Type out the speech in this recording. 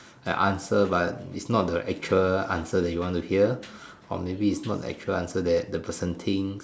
like answer but it's not the actual answer that you wanna hear or maybe it's not the actual answer that the person thinks